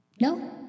No